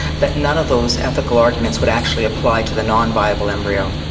that none of those ethical arguments would actually apply to the non-viable embryo.